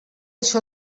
això